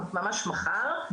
ממש מחר,